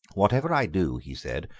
whatever i do, he said,